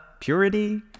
purity